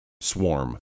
swarm